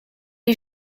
est